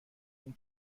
اون